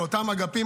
לאותם אגפים,